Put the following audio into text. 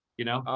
you know?